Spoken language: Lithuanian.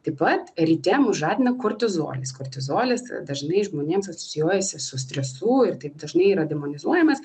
taip pat ryte mus žadina kortizolis kortizolis dažnai žmonėms asocijuojasi su stresu ir taip dažnai yra demonizuojamas